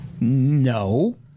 No